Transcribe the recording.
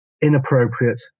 inappropriate